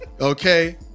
Okay